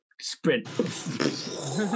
sprint